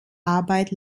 arbeit